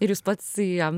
ir jūs pats jam